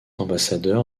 ambassadeur